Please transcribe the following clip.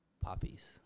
poppies